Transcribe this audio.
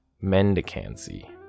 mendicancy